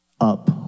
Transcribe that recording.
Up